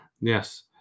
Yes